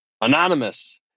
Anonymous